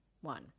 one